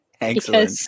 Excellent